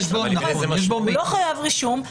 הוא לא חייב רישום,